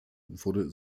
wurde